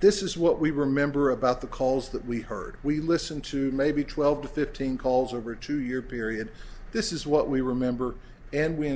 this is what we remember about the calls that we heard we listened to maybe twelve to fifteen calls over a two year period this is what we remember and we